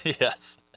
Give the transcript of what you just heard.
Yes